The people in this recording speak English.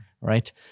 right